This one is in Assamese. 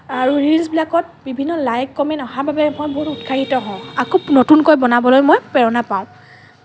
আৰু ৰিলছ্বিলাকত বিভিন্ন লাইক কমেণ্ট অহাৰ বাবে মই বহুত উৎসাহিত হওঁ আকৌ নতুনকৈ বনাবলৈ মই প্ৰেৰণা পাওঁ